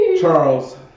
Charles